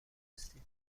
بفرستید